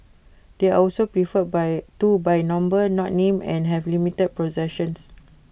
they are also referred by to by number not name and have limited possessions